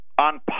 on